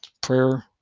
Prayer